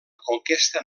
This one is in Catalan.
conquesta